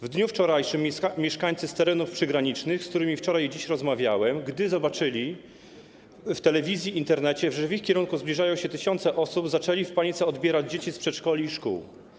W dniu wczorajszym mieszkańcy terenów przygranicznych - z którymi wczoraj i dziś rozmawiałem - gdy zobaczyli w telewizji i Internecie, że w ich kierunku zbliżają się tysiące osób, zaczęli w panice odbierać dzieci z przedszkoli i ze szkół.